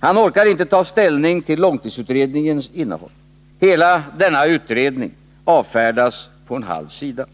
Han orkar inte ta ställning till långtidsutredningens innehåll. Hela denna utredning avfärdas på en halv sida.